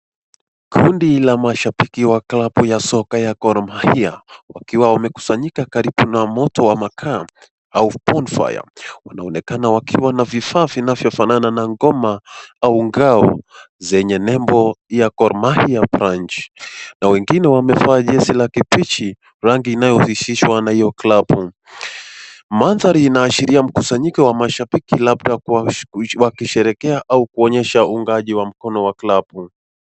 Kundi la mashabiki wa klabu ya soka ya Gor Mahia wakiwa wamekusanyika karibu na moto wa makaa au bonfire . Wanaonekana wakiwa na vifaa vinavyofanana na ngoma au ngao zenye nembo ya Gor Mahia branch na wengine wamevaa jezi la kibichi rangi inayohusishwa na hiyo klabu. Mandhari inaashiria mkusanyiko wa mashabiki labda wakisherehekea au kuonyesha uungaji wa mkono wa klabu.